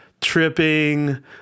tripping